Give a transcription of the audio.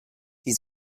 die